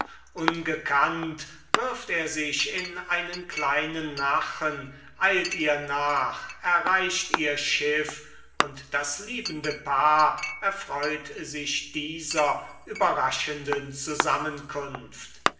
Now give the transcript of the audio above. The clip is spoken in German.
ungekannt wirft er sich in einen kleinen nachen eilt ihr nach erreicht ihr schiff und das liebende paar erfreut sich dieser überraschenden zusammenkunft